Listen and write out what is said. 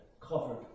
covered